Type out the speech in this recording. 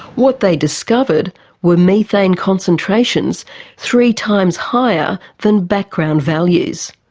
what they discovered were methane concentrations three times higher than background values.